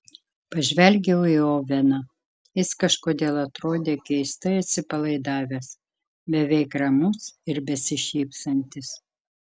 pažvelgiau į oveną jis kažkodėl atrodė keistai atsipalaidavęs beveik ramus ir besišypsantis